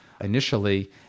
initially